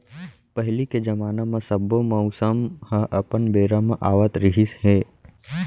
पहिली के जमाना म सब्बो मउसम ह अपन बेरा म आवत रिहिस हे